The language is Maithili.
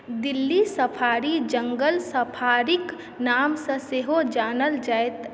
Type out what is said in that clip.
दिल्ली सफारी जङ्गल सफारीक नामसँ सेहो जानल जाइत